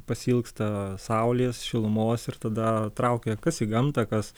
pasiilgsta saulės šilumos ir tada traukia kas į gamtą kas